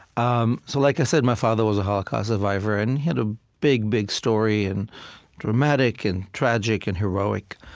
um so like i said, my father was a holocaust survivor. and he had a big, big story and dramatic and tragic and heroic.